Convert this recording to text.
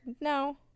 no